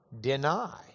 deny